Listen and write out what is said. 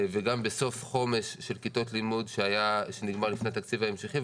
וגם בסוף חומש של כיתות לימוד שנגמר לפני התקציב ההמשכי.